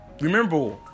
remember